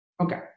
okay